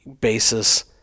basis